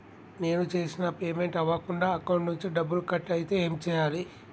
నేను చేసిన పేమెంట్ అవ్వకుండా అకౌంట్ నుంచి డబ్బులు కట్ అయితే ఏం చేయాలి?